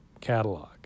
catalog